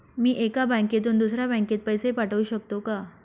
मी एका बँकेतून दुसऱ्या बँकेत पैसे पाठवू शकतो का?